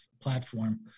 platform